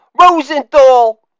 Rosenthal